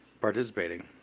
participating